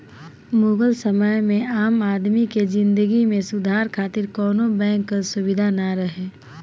मुगल समय में आम आदमी के जिंदगी में सुधार खातिर कवनो बैंक कअ सुबिधा ना रहे